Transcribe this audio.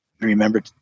remember